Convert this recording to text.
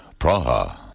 Praha